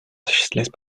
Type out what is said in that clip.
осуществлять